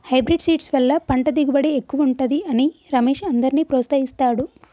hybrid seeds వల్ల పంట దిగుబడి ఎక్కువుంటది అని రమేష్ అందర్నీ ప్రోత్సహిస్తాడు